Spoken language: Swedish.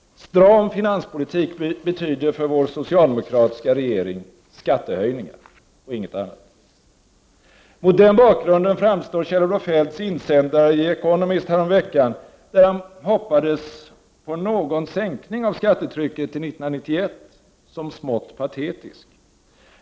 Stram finanspolitik betyder för vår socialdemokratiska regering skattehöjningar och inget annat. Mot den bakgrunden framstår Kjell-Olof Feldts insändare i Economist häromveckan, där han hoppades på någon sänkning av skattetrycket till 1991, som smått patetisk.